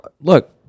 look